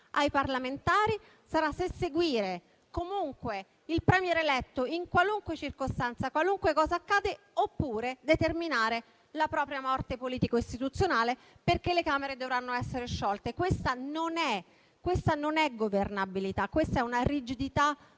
ai parlamentari, infatti, sarà se seguire comunque il *Premier* eletto in qualunque circostanza, qualunque cosa accada, oppure determinare la propria morte politico-istituzionale, perché le Camere dovranno essere sciolte. Questa non è governabilità: è una rigidità